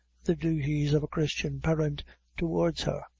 the duties of a christian parent towards her.